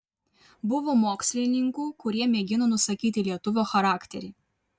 buvo mokslininkų kurie mėgino nusakyti lietuvio charakterį